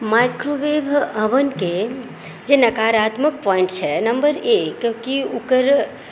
microwave oven के जे नकारात्मक पॉइंट छै नम्बर एक कि ओकर